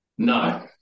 No